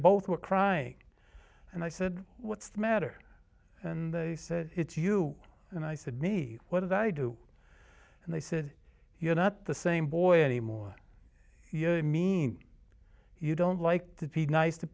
both were crying and i said what's the matter and they said it's you and i said me what did i do and they said you're not the same boy anymore you mean you don't like the piece nice to